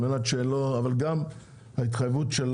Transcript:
אבל גם ההתחייבות של